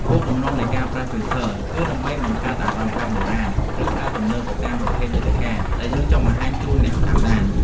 គោលបំណងនៃការប្រើ ហ្វីលធ័រ គឺដើម្បីបង្កើតអារម្មណ៍បែបបុរាណ ឬបែបទំនើបទៅតាមប្រភេទមាតិកាដែលយើងចង់បង្ហាញជូនអ្នកតាមដាន។